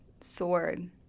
sword